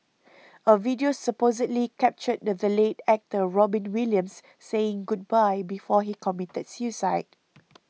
a video supposedly captured the late actor Robin Williams saying goodbye before he committed suicide